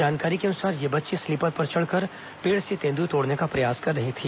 जानकारी के अनुसार यह बच्ची स्लीपर पर चढ़कर पेड़ से तेंद् तोड़ने का प्रयास कर रही थी